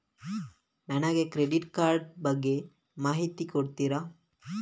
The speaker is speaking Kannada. ನನಗೆ ಕ್ರೆಡಿಟ್ ಕಾರ್ಡ್ ಬಗ್ಗೆ ಮಾಹಿತಿ ಕೊಡುತ್ತೀರಾ?